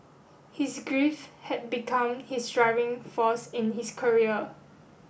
his grief had become his driving force in his career